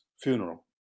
funeral